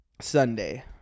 Sunday